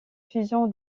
fusion